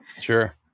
Sure